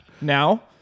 now